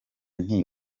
nti